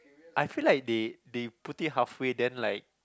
I feel like they they put it halfway then like